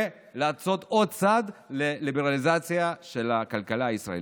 ולעשות עוד צעד לליברליזציה של הכלכלה הישראלית.